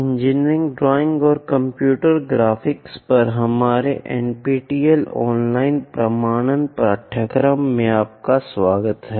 engineering drawing और computer graphics पर हमारे एनपीटीईएल ऑनलाइन प्रमाणन पाठ्यक्रमों में आपका स्वागत है